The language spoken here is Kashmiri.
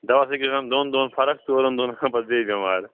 دوا سۭتۍ گژھان دون دۄہَن فرق ژورَن دۄہَن گژھان پتہٕ بیٚیہِ بیمار